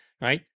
right